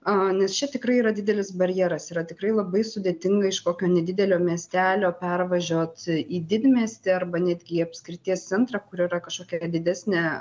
a nes čia tikrai yra didelis barjeras yra tikrai labai sudėtinga iš kokio nedidelio miestelio pervažiuot į didmiestį arba netgi apskrities centrą kur yra kažkokia didesnė